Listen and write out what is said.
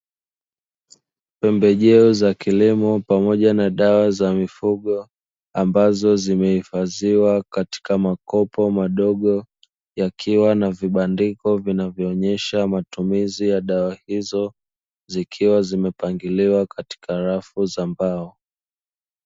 Pembejeo za kilimo pamoja na dawa za mifugo ambazo zimehifadhiwa katika makopo madogo yakiwa na vibandiko vinavyoonyesha matumizi ya dawa hizo zikiwa zimepangiliwa katika rafu za mbao.